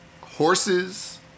horses